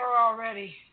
already